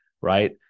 right